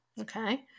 Okay